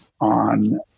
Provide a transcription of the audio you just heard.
on